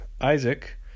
Isaac